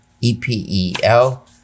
E-P-E-L